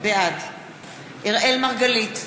בעד אראל מרגלית,